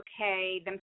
okay